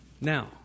Now